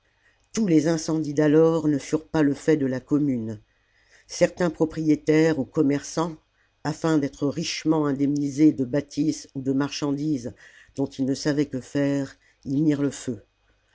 tous les incendies d'alors ne furent pas le fait de la commune certains propriétaires ou commerçants afin d'être richement indemnisés de bâtisses ou de marchandises dont ils ne savaient que faire y mirent le feu